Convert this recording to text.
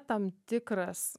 tam tikras